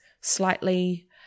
slightly